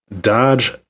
Dodge